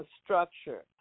structure